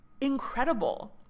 incredible